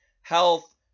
health